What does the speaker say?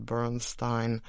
Bernstein